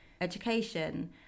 education